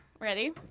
ready